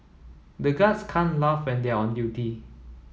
the guards can't laugh when they are on duty